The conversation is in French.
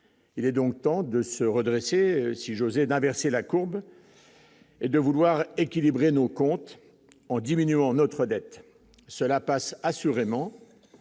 il est donc temps de se redresser si José d'inverser la courbe. Et de vouloir équilibrer nos comptes en diminuant notre dette, cela passe assurément